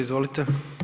Izvolite.